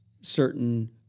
certain